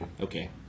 Okay